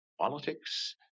politics